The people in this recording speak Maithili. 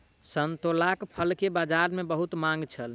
संतोलाक फल के बजार में बहुत मांग छल